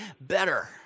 better